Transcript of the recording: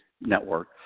network